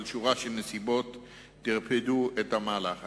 אבל שורה של נסיבות טרפדה את המהלך.